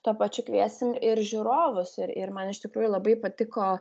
tuo pačiu kviesim ir žiūrovus ir ir man iš tikrųjų labai patiko